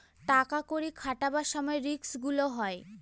টাকা কড়ি খাটাবার সময় রিস্ক গুলো হয়